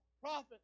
Prophet